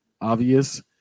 obvious